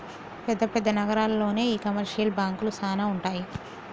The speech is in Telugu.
పెద్ద పెద్ద నగరాల్లోనే ఈ కమర్షియల్ బాంకులు సానా ఉంటాయి